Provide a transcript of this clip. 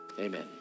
Amen